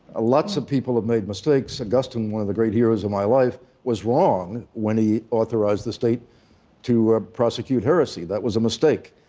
ah lots of people have made mistakes. augustine, one of the great heroes of my life, was wrong when he authorized the state to ah prosecute heresy. that was a mistake.